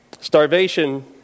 Starvation